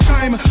Time